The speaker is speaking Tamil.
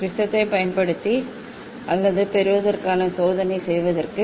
ப்ரிஸத்தைப் பயன்படுத்தி அல்லது பெறுவதற்காக சோதனை செய்வதற்கு